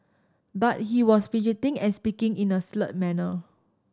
but he was fidgeting and speaking in a slurred manner